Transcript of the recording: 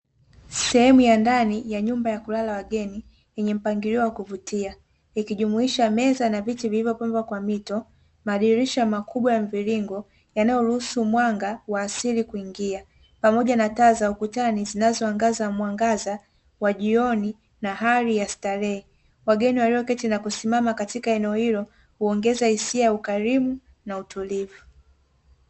Sehemu ya ndani ya nyumba ya kulala wageni yenye mpangilio wa kuvutia ikijumuisha meza na viti vilivyopangwa kwa mito, madirisha makubwa ya mviringo yanayoruhusu mwanga wa asili kuingia pamoja na taa za ukutani zinazoangaza mwangaza wa jioni na hali ya starehe, wageni waliosimama katika eneo hilo huongeza hisia ya ukarimu na utulivu.